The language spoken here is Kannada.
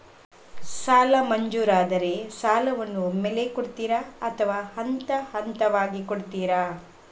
ಸಾಲ ಮಂಜೂರಾದರೆ ಸಾಲವನ್ನು ಒಮ್ಮೆಲೇ ಕೊಡುತ್ತೀರಾ ಅಥವಾ ಹಂತಹಂತವಾಗಿ ಕೊಡುತ್ತೀರಾ?